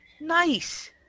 nice